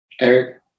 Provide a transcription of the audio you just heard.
Eric